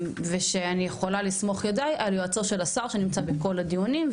ושאני יכולה לסמוך ידי על יועצו של השר שנמצא בכל הדיונים,